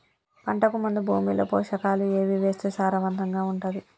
పంటకు ముందు భూమిలో పోషకాలు ఏవి వేస్తే సారవంతంగా ఉంటది?